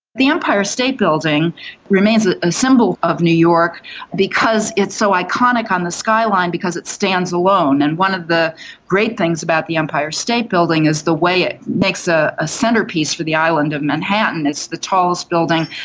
the empire state building remains a and symbol of new york because it's so iconic on the skyline because it stands alone. and one of the great things about the empire state building is the way it makes ah a centrepiece for the island of manhattan it's the tallest building,